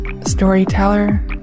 storyteller